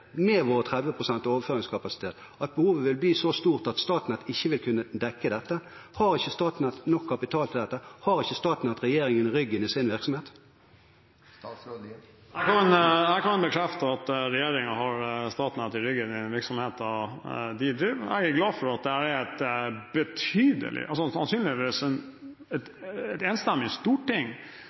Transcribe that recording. med vår 30 pst. overføringskapasitet, at behovet vil bli så stort at Statnett ikke vil kunne dekke dette? Har ikke Statnett nok kapital til dette? Har ikke Statnett regjeringen i ryggen i sin virksomhet? Jeg kan bekrefte at Statnett har regjeringen i ryggen i den virksomheten de driver. Jeg er glad for at det sannsynligvis er et